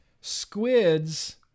squids